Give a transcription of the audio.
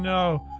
no.